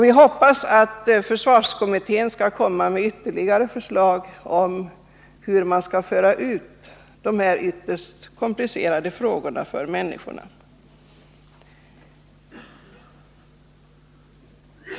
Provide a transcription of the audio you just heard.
Vi hoppas att försvarskommittén skall komma med ytterligare förslag om hur man skall föra ut de här ytterst komplicerade frågorna till människorna.